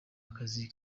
akazi